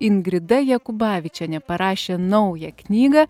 ingrida jakubavičienė parašė naują knygą